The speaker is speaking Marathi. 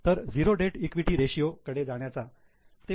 तर झीरो डेट इक्विटी रेषीयो कडे जाण्याचा ते प्रयत्न करतात